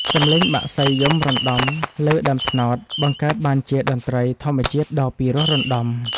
សំឡេងបក្សីយំរណ្តំលើដើមត្នោត បង្កើតបានជាតន្ត្រីធម្មជាតិដ៏ពិរោះរណ្តំ។